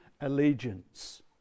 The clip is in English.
allegiance